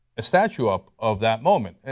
a statue up of that moment, and